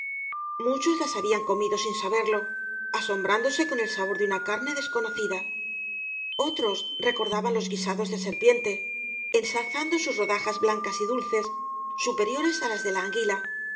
muchos la habían comido sin saberlo asombrándose con el sabor de una carne desconocida otros recordaban los guisados de serpiente ensalzando sus rodajas blancas y dulces superiores á las de